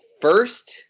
first